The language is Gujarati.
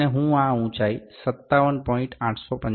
અને હું આ ઉચાઈ 57